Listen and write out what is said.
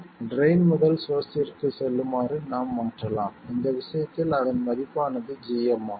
drain முதல் சோர்ஸ்ஸிற்கு செல்லுமாறு நாம் மாற்றலாம் இந்த விஷயத்தில் அதன் மதிப்பு ஆனது gm ஆகும்